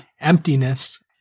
Emptiness